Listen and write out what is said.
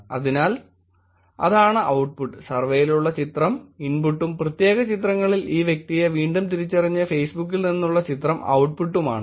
അതിനാൽ അതാണ് ഔട്ട്പുട്ട് സർവെയിലുള്ള ചിത്രം ഇൻപുട്ടും പ്രത്യേക ചിത്രങ്ങളിൽ ഈ വ്യക്തിയെ വീണ്ടും തിരിച്ചറിഞ്ഞ ഫെയ്സ്ബുക്കിൽ നിന്നുള്ള ചിത്രം ഔട്ട്പുട്ടും ആണ്